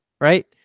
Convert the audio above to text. Right